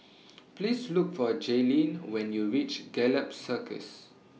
Please Look For Jaylin when YOU REACH Gallop Circus